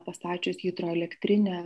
pastačius hidroelektrinę